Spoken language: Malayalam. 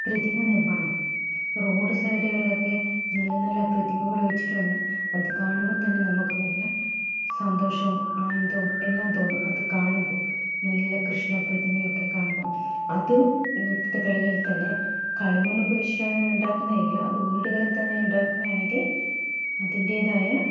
പ്രതിമ നിർമ്മാണം റോഡ് സൈഡികളിലൊക്കെ നല്ല നല്ല പ്രതിമകൾ വെച്ചിട്ടുണ്ട് അത് കാണുമ്പോൾ തന്നെ നമുക്ക് നല്ല സന്തോഷവും ആനന്ദവും എല്ലാം തോന്നും അത് കാണുമ്പോൾ നല്ല കൃഷ്ണ പ്രതിമയൊക്കെ കാണുമ്പോൾ അത് വീടുകളിൽ തന്നെ കളിമണ്ണ് ഉപയോഗിച്ചിട്ടാണ് ഉണ്ടാക്കുന്നതെങ്കിലും അത് വീടുകളിൽ തന്നെ ഉണ്ടാക്കുകയാണെങ്കിൽ അതിന്റേതായ